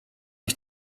ich